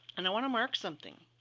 and i want to mark something.